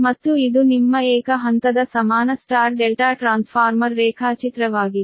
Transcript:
ಮತ್ತು ಇದು ನಿಮ್ಮ ಏಕ ಹಂತದ ಸಮಾನ Y ∆ ಟ್ರಾನ್ಸ್ಫಾರ್ಮರ್ ರೇಖಾಚಿತ್ರವಾಗಿದೆ